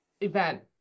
event